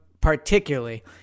particularly